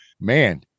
Man